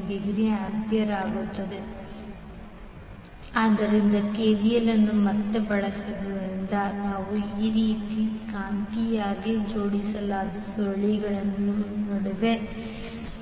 39°A ಆದ್ದರಿಂದ ಕೆವಿಎಲ್ ಅನ್ನು ಮತ್ತೆ ಬಳಸುವುದರಿಂದ ನೀವು ಈ ರೀತಿಯ ಕಾಂತೀಯವಾಗಿ ಜೋಡಿಸಲಾದ ಸುರುಳಿಗಳನ್ನು ನೋಡುವ